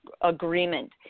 agreement